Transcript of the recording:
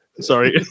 Sorry